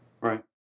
Right